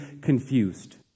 confused